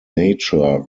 nature